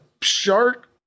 shark